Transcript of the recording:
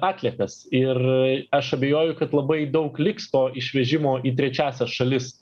atliekas ir aš abejoju kad labai daug liks to išvežimo į trečiąsias šalis